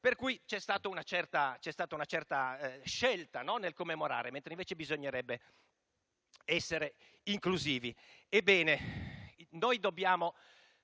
Pertanto, c'è stata una certa scelta nel commemorare, mentre bisognerebbe essere inclusivi.